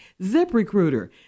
ZipRecruiter